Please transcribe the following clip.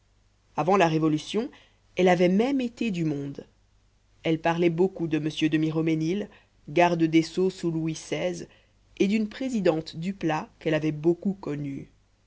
avant la révolution elle avait même été du monde elle parlait beaucoup de mr de miromesnil garde des sceaux sous louis xvi et d'une présidente duplat qu'elle avait beaucoup connue